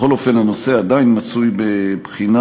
בכל אופן, הנושא עדיין מצוי בבחינה,